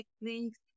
techniques